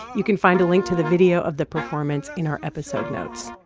you can find a link to the video of the performance in our episode notes.